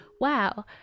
wow